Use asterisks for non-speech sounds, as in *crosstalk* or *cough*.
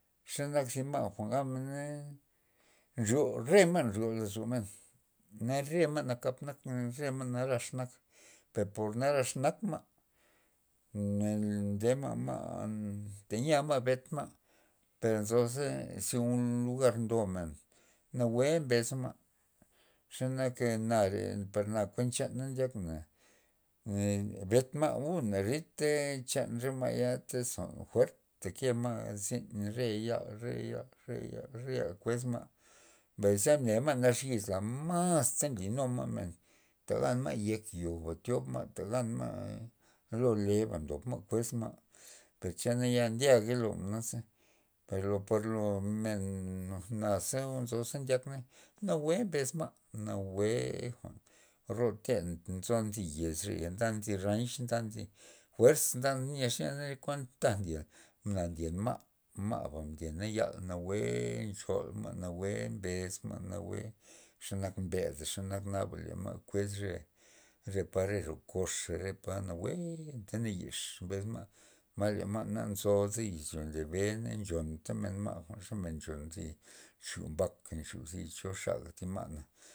Xe nak zi ma' jwa'n gabmena, nryo remen nryo lozomen ma re ma' nakap nak re ma' narax nak per por narax nak ma' *hesitation* nn- mm- nde ma'-ma' teyia ma' bent ma' per nzo za zy lugar ndomen nawue mbes ma' ze nak nare par kuen chana ndyakna *hesitation* ee benta ma' uu narita chan re ma' ya tyz jwa'n fuerta ke ma' zyn re yal re yal re yal re yal kues ma' mbay ze nema' nax yizla masta nlynuma' men ta ganma' yek yoba tyob ma' ta ganma' lo leba tyob ma' kues ma', per che ndyaga lomen jwa'naza per lo par lo men na ze nzo za ndyakna nawue mbes ma' nawue jwa'n roten nzon zi yezrea ndan thi ranch ndan thi fuerz nda nyexa kuan taga nlya na ndyen ma' ma'ba ndyena yal nawue nchol ma' nawue mbes ma' mawue xe nak mbeda nenak naba le ma' kues re re palad ro koxa re palad nawue anta naxex mbes ma', ma' le ma' na nzodey izyo ndybe na nchon ta men ma' ze nzo thi chu mbaka zi cho xaga thi ma'na.